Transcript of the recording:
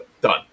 done